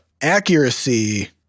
Accuracy